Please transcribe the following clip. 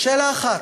שאלה אחת: